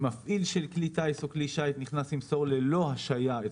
"מפעיל של כלי שיט או כלי טיס ימסור ללא השהיה את